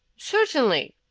certainly.